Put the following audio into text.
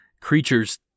creatures